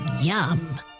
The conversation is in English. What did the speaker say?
Yum